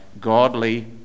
godly